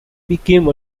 became